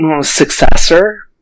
successor